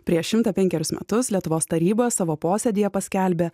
prieš šimtą penkerius metus lietuvos taryba savo posėdyje paskelbė